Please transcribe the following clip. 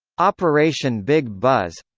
operation big buzz